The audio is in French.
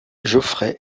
geoffrey